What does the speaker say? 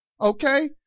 Okay